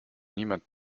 niemand